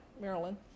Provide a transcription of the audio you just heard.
Maryland